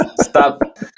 stop